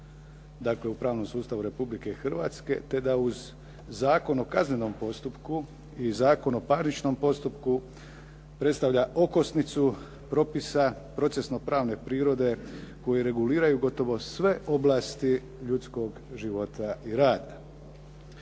Dakle, u pravnom sustavu Republike Hrvatske, te da uz Zakon o kaznenom postupku i Zakon o parničnom postupku predstavlja okosnicu propisa procesno-pravne prirode koji reguliraju gotovo sve oblasti ljudskog života i rada.